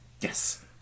Yes